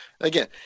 Again